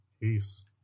peace